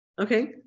Okay